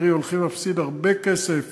קרי, הולכים להפסיד הרבה כסף